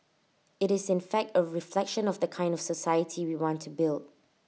IT is in fact A reflection of the kind of society we want to build